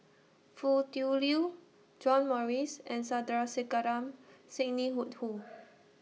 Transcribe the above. Foo Tui Liew John Morrice and Sandrasegaran Sidney Woodhull